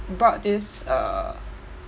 bought this err